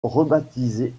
rebaptisée